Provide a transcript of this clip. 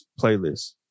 playlist